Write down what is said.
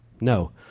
No